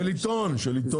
של עיתון.